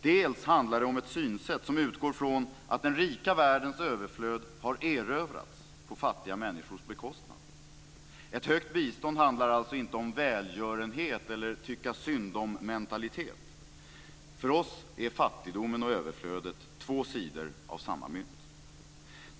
Delvis handlar det om ett synsätt som utgår från att den rika världens överflöd har erövrats på fattiga människors bekostnad. Ett högt bistånd handlar alltså inte om välgörenhet eller tycka-synd-om-mentalitet. För oss är fattigdomen och överflödet två sidor av samma mynt.